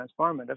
transformative